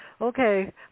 okay